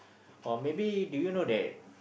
or maybe do you know that